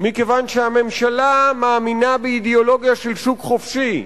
מכיוון שהיא מאמינה באידיאולוגיה של שוק חופשי,